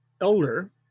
elder